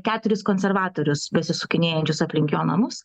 keturis konservatorius besisukinėjančius aplink jo namus